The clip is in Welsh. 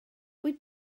wyt